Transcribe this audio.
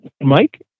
Mike